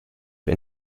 für